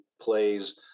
plays